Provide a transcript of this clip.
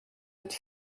het